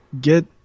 get